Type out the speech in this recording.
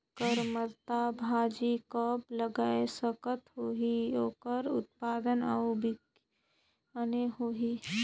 करमत्ता भाजी कब लगाय सकत हो कि ओकर उत्पादन अउ बिक्री बने होही?